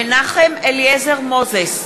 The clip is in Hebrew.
מנחם אליעזר מוזס,